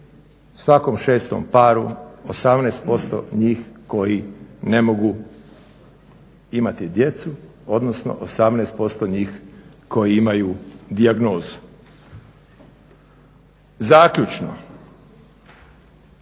svakom 6 paru, 18% njih koji ne mogu imati djecu, odnosno 18% njih koji imaju dijagnozu. Zaključno,